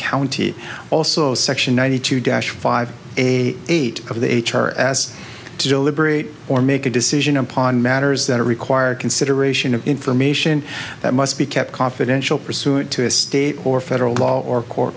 county also section ninety two dash five a eight of the h r as to deliberate or make a decision upon matters that require consideration of information that must be kept confidential pursuant to a state or federal law or court